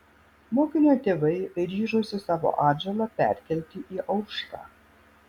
mokinio tėvai ryžosi savo atžalą perkelti į aušrą